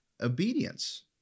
obedience